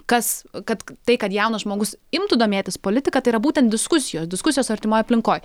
kas kad tai kad jaunas žmogus imtų domėtis politika tai yra būtent diskusijos diskusijos artimoj aplinkoj